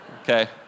Okay